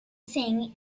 sing